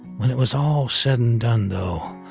when it was all said and done though,